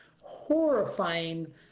horrifying